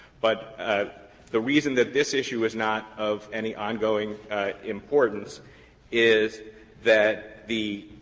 but the reason that this issue is not of any ongoing importance is that the